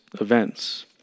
events